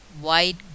white